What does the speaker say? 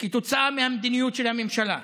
כתוצאה מהמדיניות של הממשלה.